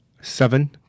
seven